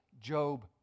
Job